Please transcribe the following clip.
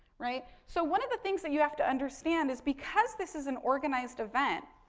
right. so, one of the things that you have to understand is, because this is an organized event,